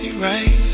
Right